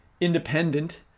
independent